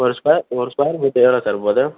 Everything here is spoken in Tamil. ஒரு ஸ்கொர் ஒரு ஸ்கொயர் புட்டு எவ்வளோ சார் போது